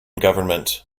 government